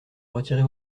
retirer